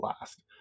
last